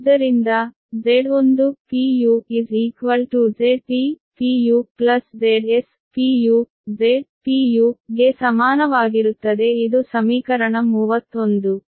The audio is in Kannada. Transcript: ಆದ್ದರಿಂದ Z1 Zp Zs Z ಗೆ ಸಮಾನವಾಗಿರುತ್ತದೆ ಇದು ಸಮೀಕರಣ 31